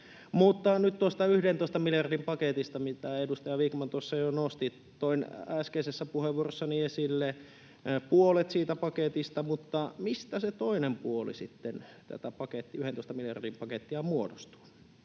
Mutta nyt tuosta 11 miljardin paketista, mitä edustaja Vikman tuossa jo nosti: Toin äskeisessä puheenvuorossani esille puolet siitä paketista, mutta mistä se toinen puoli sitten tätä 11 miljardin pakettia muodostuu?